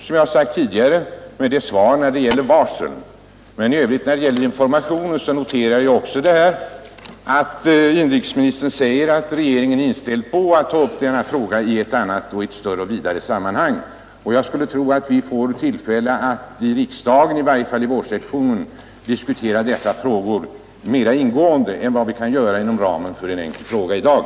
Som jag sagt tidigare är jag nöjd med svaret när det gäller varsel, och när det gäller information noterar jag att inrikesministern säger att regeringen är inställd på att ta upp denna fråga i ett större och vidare Nr 150 sammanhang. Jag skulle tro att vi får tillfälle att i riksdagen, i varje fall Torsdagen den under vårsessionen, diskutera dessa frågor mera ingående än vad vi kan 16 december 1971 göra inom ramen för en enkel fråga i dag.